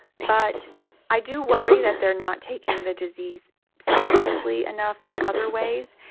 but i do worry that they're not taking the disease seriously enough in other ways.